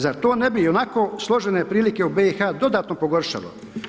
Zar to ne bi i onako složene prilike u BiH dodatno pogoršalo.